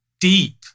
deep